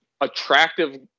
attractive